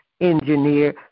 engineer